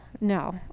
no